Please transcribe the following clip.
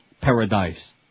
paradise